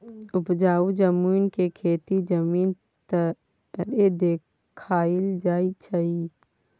उपजाउ जमीन के खेती जमीन तरे देखाइल जाइ छइ